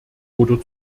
oder